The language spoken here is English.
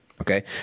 Okay